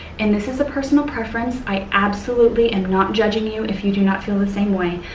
and this is a personal preference, i absolutely am not judging you if you do not feel the same way,